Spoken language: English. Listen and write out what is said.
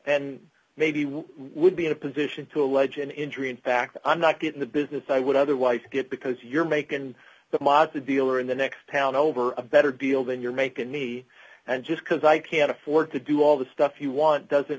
and maybe we would be in a position to allege an injury in fact i'm not getting the business i would otherwise get because your macon the mott the dealer in the next town over a better deal than you're making me and just because i can't afford to do all the stuff you want doesn't